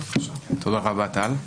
תודה רבה, טל.